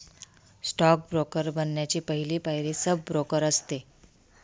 stock broker बनण्याची पहली पायरी सब ब्रोकर असते